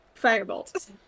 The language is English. firebolt